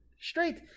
straight